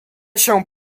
się